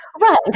Right